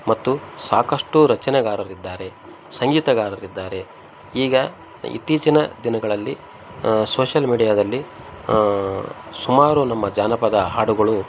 ಮತ್ತು ಸಾಕಷ್ಟು ರಚನಕಾರರಿದ್ದಾರೆ ಸಂಗೀತಗಾರರಿದ್ದಾರೆ ಈಗ ಇತ್ತೀಚಿನ ದಿನಗಳಲ್ಲಿ ಸೋಷಲ್ ಮೀಡಿಯಾದಲ್ಲಿ ಸುಮಾರು ನಮ್ಮ ಜಾನಪದ ಹಾಡುಗಳು